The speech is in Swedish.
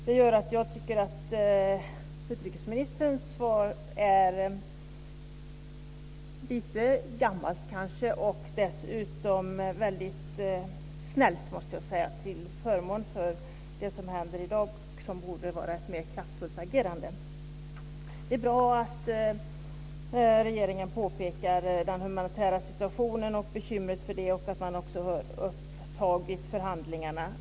Det gör att jag tycker att utrikesministerns svar kanske är lite gammalt och dessutom, måste jag säga, väldigt snällt - till förmån för det som händer i dag, men i stället borde det vara ett mer kraftfullt agerande. Det är bra att regeringen pekar på den humanitära situationen och det bekymret liksom på att man har återupptagit förhandlingarna.